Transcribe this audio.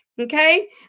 okay